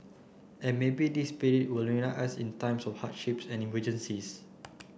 and maybe this spirit will us in times of hardships and emergencies